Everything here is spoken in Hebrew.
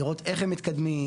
לראות איך הם מתקדמים,